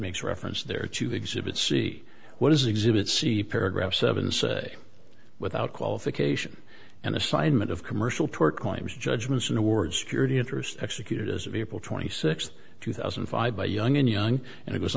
makes reference there to exhibit see what is exhibit c paragraph seven say without qualification and assignment of commercial tort claims judgments and awards security interests executed as of april twenty sixth two thousand and five by young and young and it